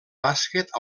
bàsquet